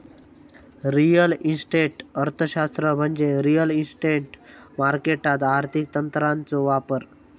real estate अर्थशास्त्र म्हणजे real estate मार्केटात आर्थिक तंत्रांचो वापर